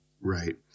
Right